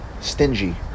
stingy